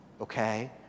okay